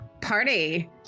party